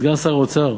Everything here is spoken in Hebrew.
סגן שר האוצר,